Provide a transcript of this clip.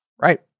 right